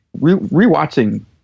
re-watching